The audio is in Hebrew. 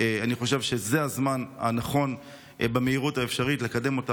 אני חושב שזה הזמן הנכון לקדם אותה